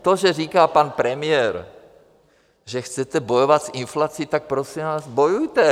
To, že říká pan premiér, že chcete bojovat s inflací, tak prosím vás, bojujte.